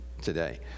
today